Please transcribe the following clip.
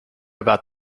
about